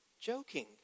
joking